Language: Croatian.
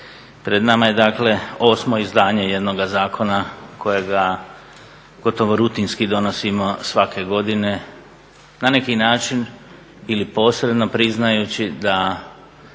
Pred nama je dakle osmo izdanje jednoga zakona kojega gotovo rutinski donosimo svake godine. Na neki način ili posredno priznajući da